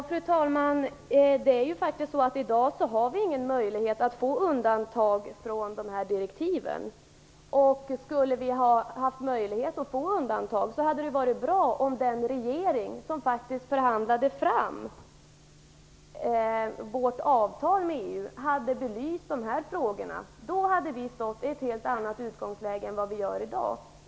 Fru talman! I dag har vi faktiskt ingen möjlighet att få undantag från direktiven. Det hade varit bra om vi haft den möjligheten. Det hade varit bra om den regering som förhandlade fram vårt avtal med EU hade belyst dessa frågor. Då hade vi haft ett helt annat utgångsläge än i dag.